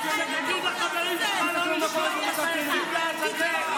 שתגיד לחברים שלך לא לשלוח את הטייסים לעזאזל.